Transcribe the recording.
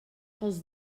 els